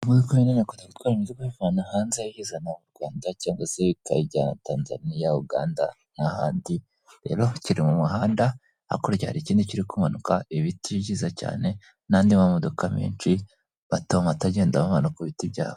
Imodoka yagenewe gutwara imizigo iyivana hanze iyizana mu Rwanda cyangwa se ikayijyana Tanzania, Uganda n'ahandi rero ha kiri mu muhanda, hakurya hari ikindi kiri kumanuka, ibiti byiza cyane n'andi mamodoka menshi moto mato, agendaho abantu ku biti byabo.